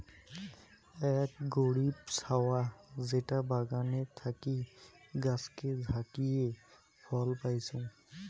আক গরীব ছাওয়া যেটা বাগানে থাকি গাছকে ঝাকিয়ে ফল পাইচুঙ